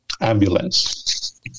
Ambulance